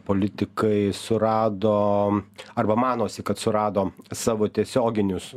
politikai surado arba manosi kad surado savo tiesioginius